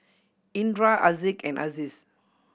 Indra Haziq and Aziz